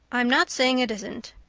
i'm not saying it isn't.